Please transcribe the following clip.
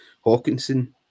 Hawkinson